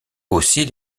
aussi